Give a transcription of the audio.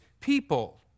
people